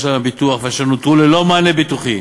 להם הביטוח ואשר נותרו ללא מענה ביטוחי